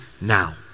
now